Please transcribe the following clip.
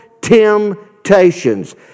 temptations